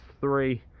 three